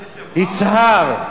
יצהר,